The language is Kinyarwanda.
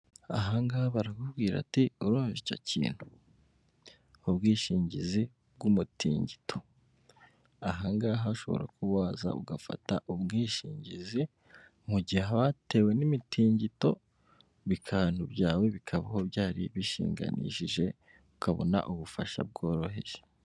Aha ngaha barakubwira ati; "Urumva icyo kintu?" Ubwishingizi bw'umutingito, aha ngaha ushobora kuza ugafata ubwishingizi mu gihe haba hatewe n'imitingito ibintu byawe bikabaho byari bishinganishije ukabona ubufasha bworoheje.